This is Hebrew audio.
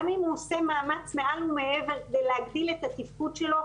גם אם הוא עושה מאמץ מעל ומעבר כדי להגדיל את התפקוד שלו,